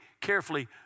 carefully